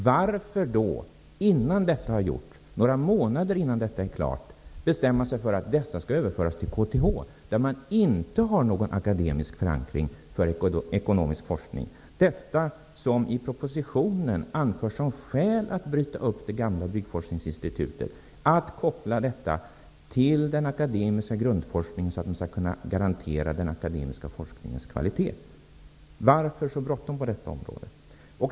Varför då, innan detta har gjorts, några månader innan utvärderingen är klar, bestämma sig för att dessa skall överföras till KTH, där man inte har någon akademisk förankring för ekonomisk forskning? Det är detta som i propositionen anförs som skäl för att bryta upp det gamla Byggforskningsinstitutet och koppla det till den akademiska grundforskningen, så att man skall kunna garantera den akademiska forskningens kvalitet. Varför så bråttom på detta område?